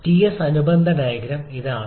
Ts അനുബന്ധ diagram ഇതാണ്